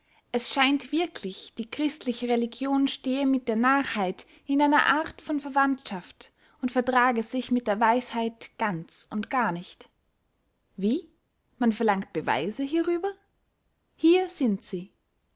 es scheint wirklich die christliche religion stehe mit der narrheit in einer art von verwandtschaft und vertrage sich mit der weisheit ganz und gar nicht wie man verlangt beweise hierüber hier sind sie